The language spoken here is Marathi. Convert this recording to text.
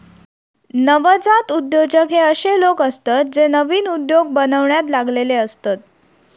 नवजात उद्योजक हे अशे लोक असतत जे नवीन उद्योग बनवण्यात लागलेले असतत